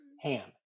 Ham